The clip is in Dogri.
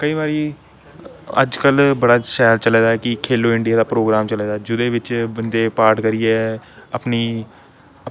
केईं बारी अज्जकल बड़ा शैल चले दा कि खेलो इंडिया दा प्रोग्राम चले दा कि जेह्दे बंदे पार्ट करियै अपनी